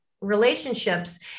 relationships